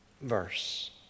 verse